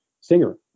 Singer